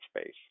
space